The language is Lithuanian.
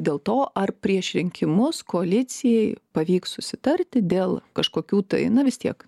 dėl to ar prieš rinkimus koalicijai pavyks susitarti dėl kažkokių tai na vis tiek